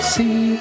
See